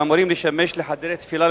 שאמורים לשמש כחדרי תפילה,